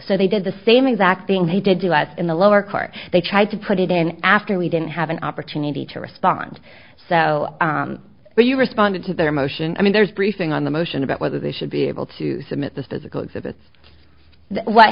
so they did the same exact thing they did to us in the lower court they tried to put it in after we didn't have an opportunity to respond so you responded to their motion i mean there's briefing on the motion about whether they should be able to submit this physical exhibit what